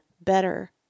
better